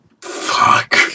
Fuck